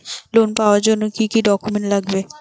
Loan পাওয়ার জন্যে কি কি ডকুমেন্ট লাগবে?